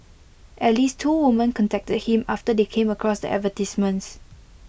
at least two women contacted him after they came across the advertisements